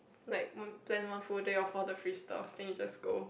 like one plain one full day of father freestyle I think it just go